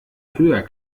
höher